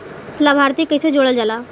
लभार्थी के कइसे जोड़ल जाला?